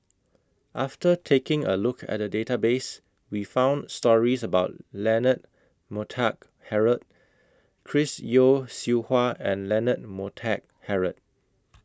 after taking A Look At The Database We found stories about Leonard Montague Harrod Chris Yeo Siew Hua and Leonard Montague Harrod